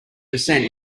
descent